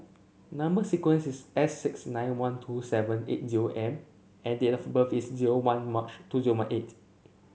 number sequence is S six nine one two seven eight zero M and date of birth is zero one March two zero one eight